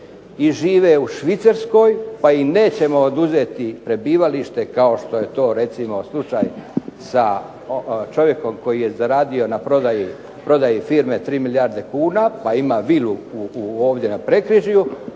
i žive u Švicarskoj pa im nećemo oduzeti prebivalište kao što je to recimo slučaj sa čovjekom koji je zaradio na prodaji firme 3 milijarde kuna pa ima vilu ovdje na Prekrižju,